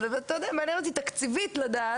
אבל מעניין אותי תקציבית לדעת,